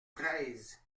treize